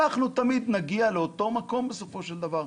אנחנו תמיד נגיע לאותו מקום בסופו של דבר,